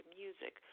music